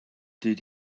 did